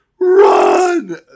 run